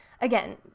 again